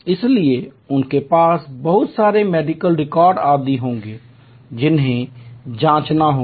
इसलिए उनके पास बहुत सारे मेडिकल रिकॉर्ड आदि होंगे जिन्हें जांचना होगा